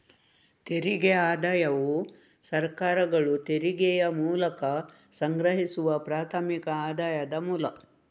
ತೆರಿಗೆ ಆದಾಯವು ಸರ್ಕಾರಗಳು ತೆರಿಗೆಯ ಮೂಲಕ ಸಂಗ್ರಹಿಸುವ ಪ್ರಾಥಮಿಕ ಆದಾಯದ ಮೂಲ